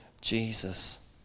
Jesus